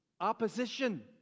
opposition